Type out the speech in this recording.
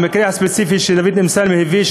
המקרה הספציפי שדוד אמסלם הביא,